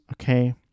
Okay